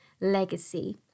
Legacy